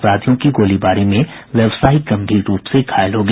अपराधियों की गोलीबारी में व्यवसायी गम्भीर रूप से घायल हो गया